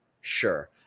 sure